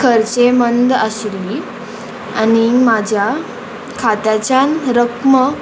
खरचें मंद आशिल्ली आनी म्हाज्या खात्याच्यान रक्म